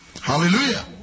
Hallelujah